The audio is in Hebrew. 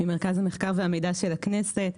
ממרכז המחקר והמידע של הכנסת.